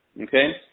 Okay